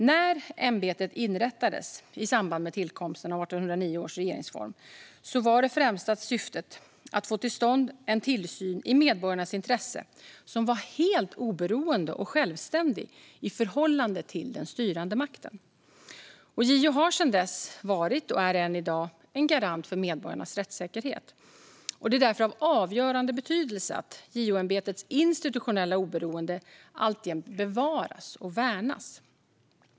När ämbetet inrättades i samband med tillkomsten av 1809 års regeringsform var det främsta syftet att få till stånd en tillsyn i medborgarnas intresse som var helt oberoende och självständig i förhållande till den styrande makten. JO har sedan dess varit och är än i dag en garant för medborgarnas rättssäkerhet. Det är därför av avgörande betydelse att JO-ämbetets institutionella oberoende alltjämt bevaras och värnas.